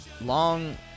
long